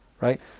right